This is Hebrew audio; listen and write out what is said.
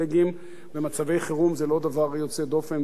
ומצבי חירום הם לא דבר יוצא דופן בעולמנו.